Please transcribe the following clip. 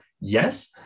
yes